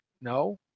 no